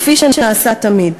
כפי שנעשה תמיד.